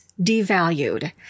devalued